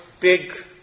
big